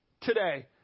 Today